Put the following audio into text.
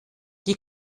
die